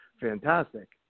fantastic